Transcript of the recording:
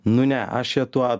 nu ne aš čia tuo